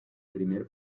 primer